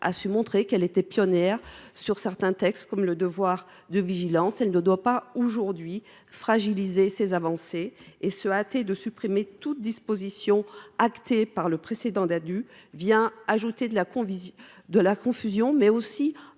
a su montrer qu’elle était pionnière sur certains textes, comme sur le devoir de vigilance, elle ne doit pas aujourd’hui fragiliser ces avancées en se hâtant de supprimer toutes les dispositions actées par le précédent texte Ddadue. Cela ajouterait de la confusion, mais aussi